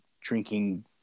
drinking